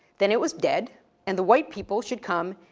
then it was dead and the white people should come,